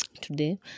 today